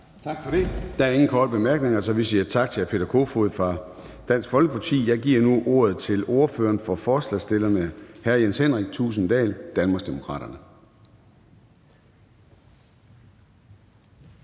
Gade): Der er ingen korte bemærkninger, så vi siger tak til hr. Peter Kofod fra Dansk Folkeparti. Jeg giver nu ordet til ordføreren for forslagsstillerne, hr. Jens Henrik Thulesen Dahl fra Danmarksdemokraterne.